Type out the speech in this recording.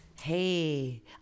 Hey